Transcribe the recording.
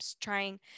trying